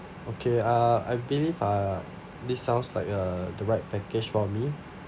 okay uh I believe err this sounds like a the right package for me